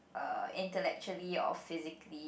uh intellectually or physically